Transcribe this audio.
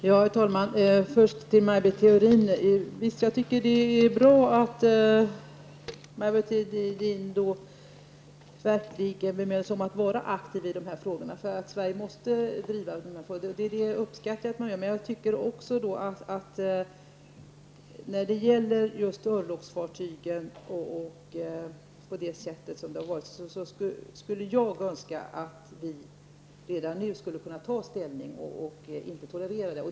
Herr talman! Först ett par ord till Maj Britt Theorin. Visst tycker jag att det är bra att Maj Britt Theorin verkligen bemödar sig om att vara aktiv i de här frågorna. Sverige måste nämligen driva dessa frågor. Men jag skulle önska att vi redan nu kunde ta ställning i fråga om örlogsfartygen och säga att vi inte tolererar detta.